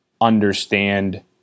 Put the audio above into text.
understand